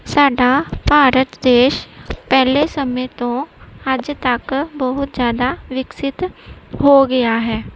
ਸਾਡਾ ਭਾਰਤ ਦੇਸ਼ ਪਹਿਲੇ ਸਮੇਂ ਤੋਂ ਅੱਜ ਤੱਕ ਬਹੁਤ ਜ਼ਿਆਦਾ ਵਿਕਸਿਤ ਹੋ ਗਿਆ ਹੈ